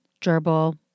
gerbil